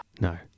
No